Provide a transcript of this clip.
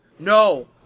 No